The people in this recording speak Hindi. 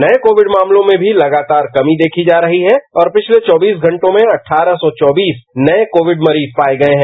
नए कोविड मामलों में भी लगातार कमी देखी जा रही है और पिछले चौबीस घंटों में एक हजार आठ सौ चौबीस नए कोविड मरीज पाए गए हैं